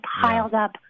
piled-up